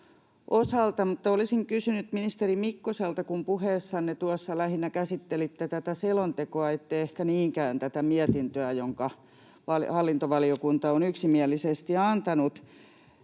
olisin kysynyt ministeri Mikkoselta, kun tuossa puheessanne lähinnä käsittelitte tätä selontekoa, ette ehkä niinkään tätä mietintöä, jonka hallintovaliokunta on yksimielisesti antanut,